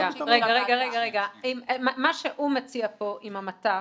מה שהוא מציע עם המט"ח,